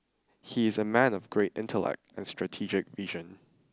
he is a man of great intellect and strategic vision